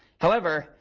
however,